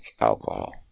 alcohol